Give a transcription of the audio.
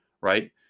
right